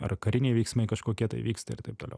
ar kariniai veiksmai kažkokie tai vyksta ir taip toliau